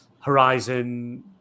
Horizon